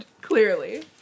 clearly